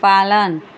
पालन